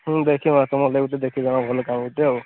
ହୁଁ ଦେଖିବା ତୁମ ଲାଗି ଗୁଟେ ଦେଖିଦେବା ଭଲ କାମ ଗୋଟେ ଆଉ